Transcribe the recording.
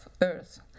Earth